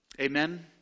Amen